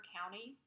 County